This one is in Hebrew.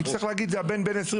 יצטרך להגיד: "זה הבן בן 20,